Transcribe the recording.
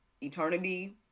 eternity